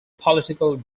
political